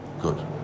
Good